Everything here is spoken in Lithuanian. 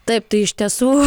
taip tai iš tiesų